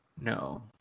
no